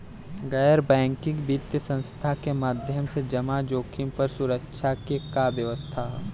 गैर बैंकिंग वित्तीय संस्था के माध्यम से जमा जोखिम पर सुरक्षा के का व्यवस्था ह?